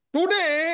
Today